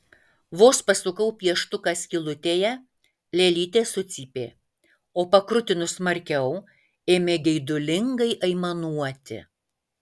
vos pasukau pieštuką skylutėje lėlytė sucypė o pakrutinus smarkiau ėmė geidulingai aimanuoti